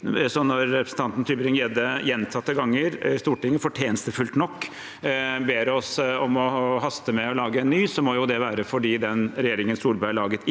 når representanten Tybring-Gjedde gjentatte ganger i Stortinget fortjenestefullt nok ber oss om hastig å lage en ny, må jo det være fordi den regjeringen Solberg laget, ikke